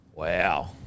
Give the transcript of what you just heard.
Wow